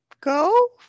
Go